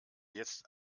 jetzt